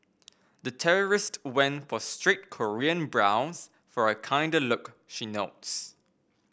the terrorist went for straight Korean brows for a kinder look she notes